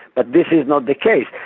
but this is not the case.